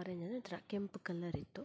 orange ಅಂದರೆ ಒಂಥರ ಕೆಂಪು ಕಲ್ಲರ್ ಇತ್ತು